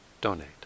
donate